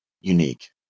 unique